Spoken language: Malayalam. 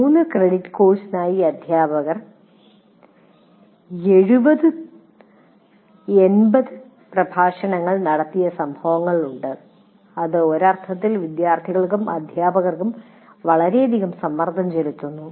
3 ക്രെഡിറ്റ് കോഴ്സിനായി അധ്യാപകർ 70 80 പ്രഭാഷണങ്ങൾ നടത്തിയ സംഭവങ്ങളുണ്ട് ഇത് ഒരു അർത്ഥത്തിൽ വിദ്യാർത്ഥികൾക്കും അധ്യാപകർക്കും വളരെയധികം സമ്മർദ്ദം ചെലുത്തുന്നു